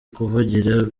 kuvugira